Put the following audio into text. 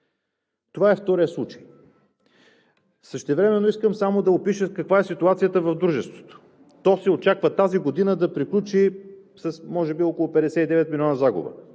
Това е вторият случай. Същевременно искам само да опиша каква е ситуацията в дружеството. То се очаква тази година да приключи с може би около 59 милиона загуба,